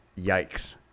yikes